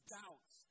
doubts